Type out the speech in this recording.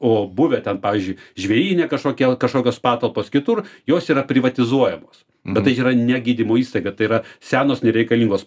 o buvę ten pavyzdžiui žvėryne kažkokie jau kažkokios patalpos kitur jos yra privatizuojamos bet tai yra ne gydymo įstaiga tai yra senos nereikalingos